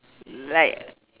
like